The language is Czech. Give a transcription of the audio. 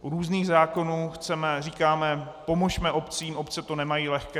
U různých zákonů chceme a říkáme pomozme obcím, obce to nemají lehké.